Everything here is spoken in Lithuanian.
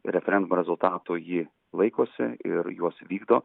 referendumo rezultatų ji laikosi ir juos vykdo